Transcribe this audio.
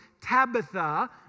Tabitha